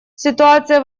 ситуация